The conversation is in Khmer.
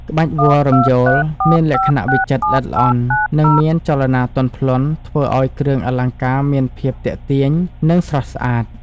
ក្បាច់វល្លិ៍រំយោលមានលក្ខណៈវិចិត្រល្អិតល្អន់ និងមានចលនាទន់ភ្លន់ ធ្វើឱ្យគ្រឿងអលង្ការមាន ភាពទាក់ទាញ និងស្រស់ស្អាត។